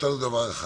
גדולה.